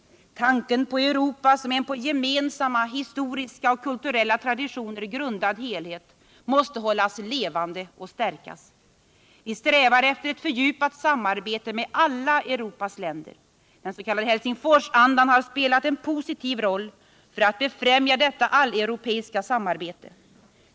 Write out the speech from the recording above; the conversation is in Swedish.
Tanken på Europa som en på gemensamma historiska och kulturella traditioner grundad helhet måste hållas levande och stärkas. Vi strävar efter ett fördjupat samarbete med alla Europas länder. Den s.k. Helsingforsandan har spelat en positiv roll för att befrämja detta alleuropeiska samarbete.